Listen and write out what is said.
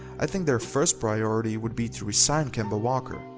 i think their first priority would be to resign kemba walker.